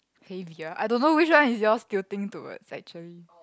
heavier I don't know which one is yours tilting towards actually